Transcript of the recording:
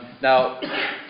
Now